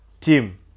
team